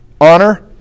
honor